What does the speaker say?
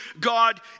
God